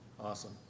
Awesome